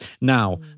Now